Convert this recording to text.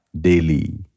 daily